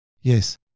Yes